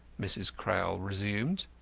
mrs. crowl resumed.